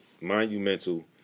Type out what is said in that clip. monumental